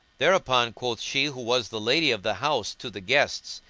thereupon quoth she who was the lady of the house to the guests,